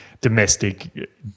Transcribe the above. domestic